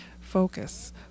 focus